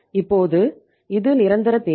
இப்போது இது நிரந்தர தேவை